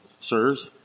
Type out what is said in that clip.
sirs